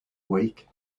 week